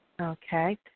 Okay